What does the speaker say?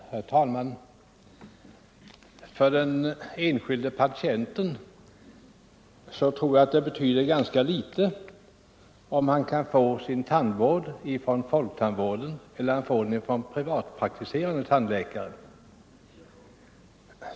Herr talman! För den enskilde patienten betyder det ganska litet om han får sin tandvård genom folktandvården eller genom privatpraktiserande tandläkare.